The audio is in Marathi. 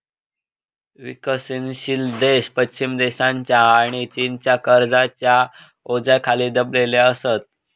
विकसनशील देश पश्चिम देशांच्या आणि चीनच्या कर्जाच्या ओझ्याखाली दबलेले असत